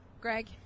Greg